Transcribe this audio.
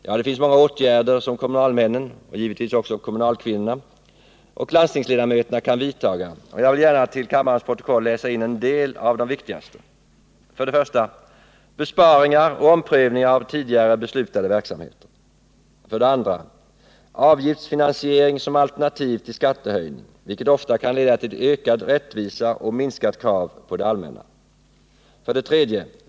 Ja, det finns många åtgärder som kommunalmännen — och givetvis också kommunalkvinnorna — och landstingsledamöterna kan vidtaga, och jag vill gärna till kammarens protokoll läsa in en del av de viktigaste: 2. Avgiftsfinansiering som alternativ till skattehöjning, vilket ofta kan leda till ökad rättvisa och minskat krav på det allmänna. 3.